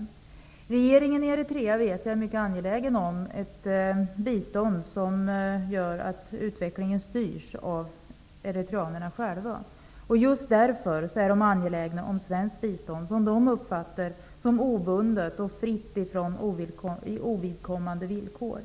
Jag vet att regeringen i Eritrea är mycket angelägen om att få ett bistånd som innebär att utvecklingen styrs av eritreanerna själva. Just därför är man angelägen om att få svenskt bistånd, som uppfattas som obundet och fritt från ovidkommande villkor.